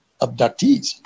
abductees